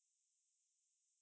damage is what you get lah